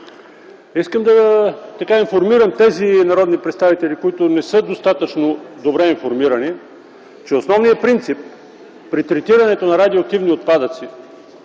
Искам да информирам тези народни представители, които не са достатъчно добре информирани, че основният принцип при третирането на радиоактивни отпадъци